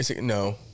No